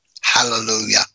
hallelujah